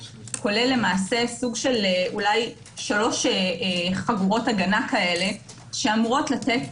כולל שלוש חגורות הגנה שאמורות לתת,